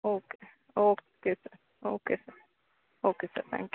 okay okay sir okay sir okay sir thank you